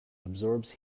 absorbs